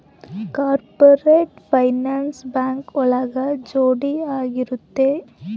corporate finance bank ಒಳಗ ಜೋಡಿ ಆಗಿರುತ್ತೆ